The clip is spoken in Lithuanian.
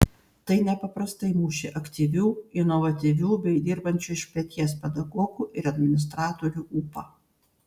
tai nepaprastai mušė aktyvių inovatyvių bei dirbančių iš peties pedagogų ir administratorių ūpą